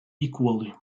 equally